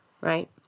Right